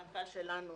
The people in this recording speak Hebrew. המנכ"ל שלנו